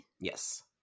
Yes